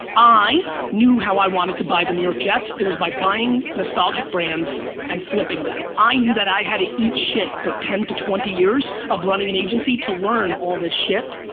i knew how i wanted to buy the new york jets. it was by buying nostalgic brands and flipping them. i knew that i had to eat shit for ten to twenty years of running an agency to learn all this shit.